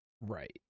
right